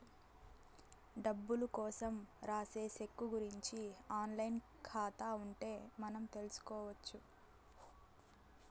డబ్బులు కోసం రాసే సెక్కు గురుంచి ఆన్ లైన్ ఖాతా ఉంటే మనం తెల్సుకొచ్చు